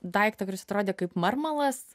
daiktą kuris atrodė kaip marmalas